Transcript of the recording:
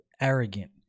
arrogant